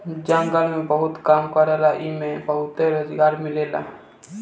जंगल में बहुत काम रहेला एइमे बहुते रोजगार मिलेला